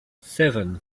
seven